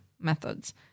methods